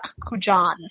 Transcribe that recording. Kujan